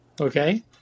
okay